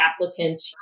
applicant